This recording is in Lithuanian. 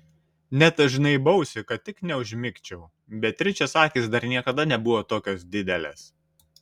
net žnaibausi kad tik neužmigčiau beatričės akys dar niekada nebuvo tokios didelės